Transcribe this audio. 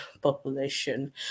population